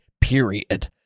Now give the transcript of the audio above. period